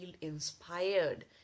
inspired